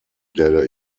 der